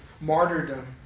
martyrdom